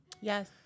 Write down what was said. Yes